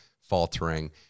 faltering